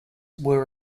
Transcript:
were